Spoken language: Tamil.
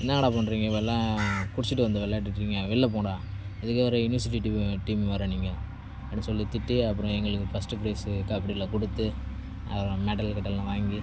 என்னாங்கடா பண்ணுறீங்க இவங்களாம் குடிச்சுட்டு வந்து விளையாண்ட்டுகிட்டு இருக்கீங்க வெளில போங்கடா இதுக்கு ஒரு யூனிவர்சிட்டி டீம் வேறு டீம் வேறு நீங்கள் அப்படின்னு சொல்லி திட்டி அப்புறம் எங்களுக்கு ஃபஸ்ட் பிரைஸ் கபடியில் கொடுத்து அப்புறம் மெடல் கிடலெலாம் வாங்கி